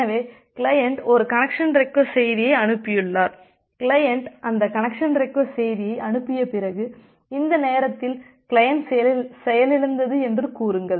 எனவே கிளையன்ட் ஒரு connection request செய்தியை அனுப்பியுள்ளார் கிளையன்ட் அந்த கனெக்சன் ரெக்வஸ்ட் செய்தியை அனுப்பிய பிறகு இந்த நேரத்தில் கிளையன்ட் செயலிழந்தது என்று கூறுங்கள்